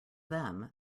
them